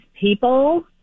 people